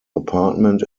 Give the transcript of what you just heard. apartment